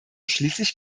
schließlich